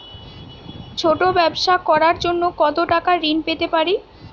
ছোট ব্যাবসা করার জন্য কতো টাকা ঋন পেতে পারি?